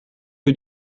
who